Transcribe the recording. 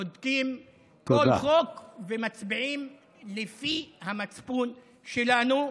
בודקים כל חוק ומצביעים לפי המצפון שלנו.